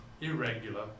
irregular